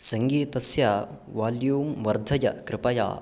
सङ्गीतस्य वाल्यूं वर्धय कृपया